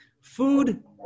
Food